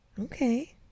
okay